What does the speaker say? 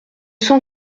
cent